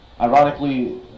Ironically